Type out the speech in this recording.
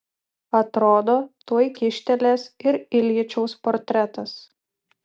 atrodo tuoj kyštelės ir iljičiaus portretas